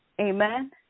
Amen